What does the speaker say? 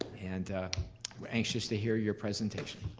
and anxious to hear your presentation.